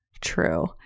true